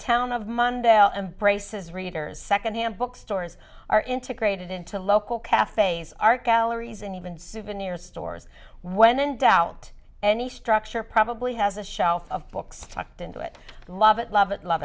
embraces readers second hand bookstores are integrated into local cafes art galleries and even souvenir stores when in doubt any structure probably has a shelf of books tucked into it love it love it love